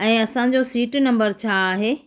ऐं असांजो seat number छा आहे